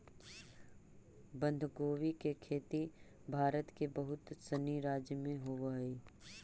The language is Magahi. बंधगोभी के खेती भारत के बहुत सनी राज्य में होवऽ हइ